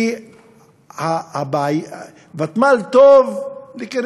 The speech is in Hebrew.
כי ותמ"ל זה טוב לקריית-גת,